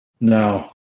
No